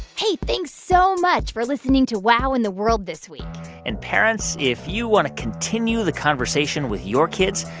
hey, thanks so much for listening to wow in the world this week and parents, if you want to continue the conversation with your kids,